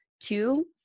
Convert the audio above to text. two